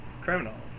criminals